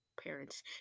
parents